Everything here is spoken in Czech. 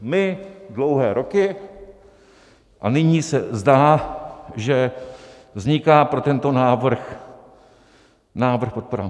My dlouhé roky, a nyní se zdá, že vzniká pro tento návrh podpora.